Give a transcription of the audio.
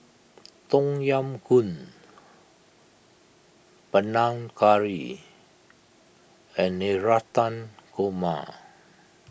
Tom Yam Goong Panang Curry and Navratan Korma